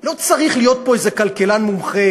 לא צריך להיות פה איזה כלכלן מומחה,